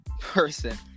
person